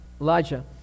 Elijah